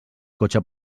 cotxe